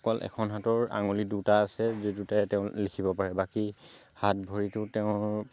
অকল এখন হাতৰ আঙুলি দুটা আছে যি দুটাৰে তেওঁ লিখিব পাৰে বাকী হাত ভৰিটো তেওঁৰ